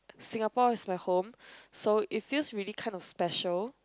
Singapore is my home so it feels really kind of special